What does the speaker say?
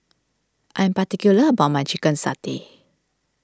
I am particular about my Chicken Satay